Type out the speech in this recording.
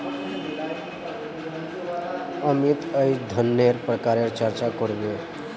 अमित अईज धनन्नेर प्रकारेर चर्चा कर बे